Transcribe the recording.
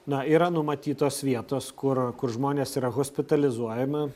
na yra numatytos vietos kur kur žmonės yra hospitalizuojami